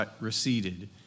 receded